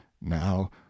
now